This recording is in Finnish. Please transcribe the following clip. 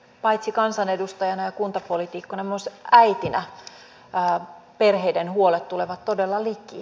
paitsi kansanedustajana ja kuntapoliitikkona myös äitinä perheiden huolet tulevat todella liki